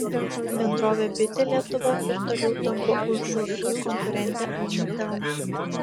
bendrovė bitė lietuva ir toliau tampo už ūsų konkurentę omnitel